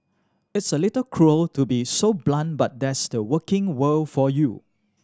it's a little cruel to be so blunt but that's the working world for you